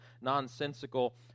nonsensical